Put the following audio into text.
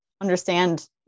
understand